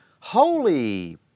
holy